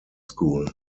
school